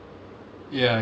ya ya